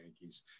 Yankees